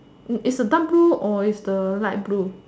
is a dark blue or is the light blue